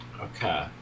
Okay